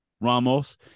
Ramos